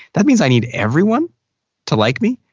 that means i need everyone to like me?